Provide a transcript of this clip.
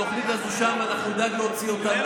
התוכנית הזאת שם ואנחנו נדאג להוציא אותה.